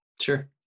sure